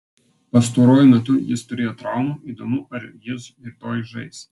pastaruoju metu jis turėjo traumų įdomu ar jis rytoj žais